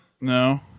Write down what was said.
No